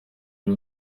uru